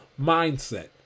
mindset